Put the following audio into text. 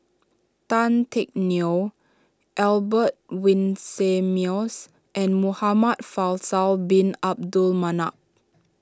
Tan Teck Neo Albert Winsemius and Muhamad Faisal Bin Abdul Manap